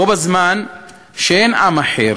בו בזמן שאין עם אחר